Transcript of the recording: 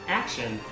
action